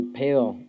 pale